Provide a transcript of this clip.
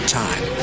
time